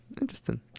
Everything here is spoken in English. Interesting